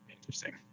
interesting